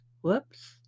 Whoops